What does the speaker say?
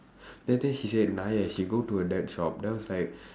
then after that she said she go to her dad's shop then I was like